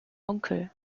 onkel